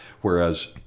Whereas